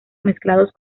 mezclados